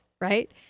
right